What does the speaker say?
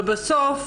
ובסוף,